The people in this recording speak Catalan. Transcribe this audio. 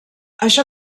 això